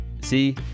See